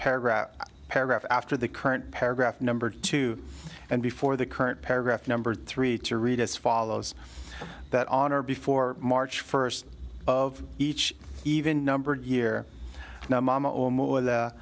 paragraph paragraph after the current paragraph number two and before the current paragraph number three to read as follows that on or before march first of each even numbered year